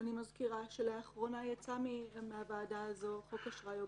מזכירה שלאחרונה יצא מהוועדה הזאת חוק אשראי הוגן,